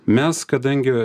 mes kadangi